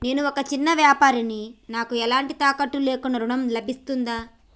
నేను ఒక చిన్న వ్యాపారిని నాకు ఎలాంటి తాకట్టు లేకుండా ఋణం లభిస్తదా?